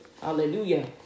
Hallelujah